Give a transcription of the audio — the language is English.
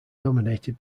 dominated